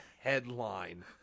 headline